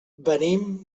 venim